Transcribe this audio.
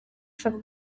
ushaka